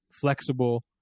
flexible